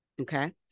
okay